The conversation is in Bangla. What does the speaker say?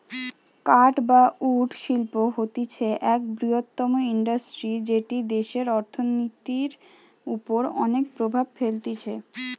কাঠ বা উড শিল্প হতিছে এক বৃহত্তম ইন্ডাস্ট্রি যেটি দেশের অর্থনীতির ওপর অনেক প্রভাব ফেলতিছে